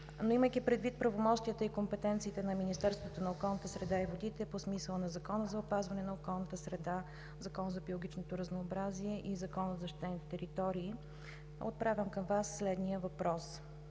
Имайки предвид правомощията и компетенциите на Министерството на околната среда и водите по смисъла на Закона за опазване на околната среда, Закона за биологичното разнообразие и Закона за защитените територии, отправям към Вас следния въпрос: